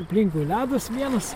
aplinkui ledas vienas